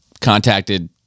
contacted